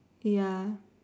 ya